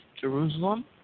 Jerusalem